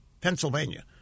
Pennsylvania